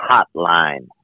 Hotline